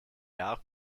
jahr